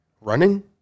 running